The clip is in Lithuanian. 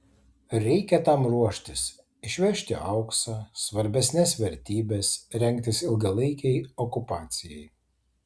reikia tam ruoštis išvežti auksą svarbesnes vertybes rengtis ilgalaikei okupacijai